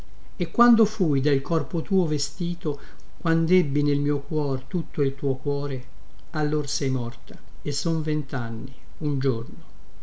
e quando fui del corpo tuo vestito quandebbi nel mio cuor tutto il tuo cuore allor sei morta e son ventanni un giorno